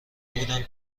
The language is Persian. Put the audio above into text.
بودن